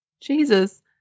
Jesus